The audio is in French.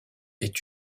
est